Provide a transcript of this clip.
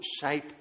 shape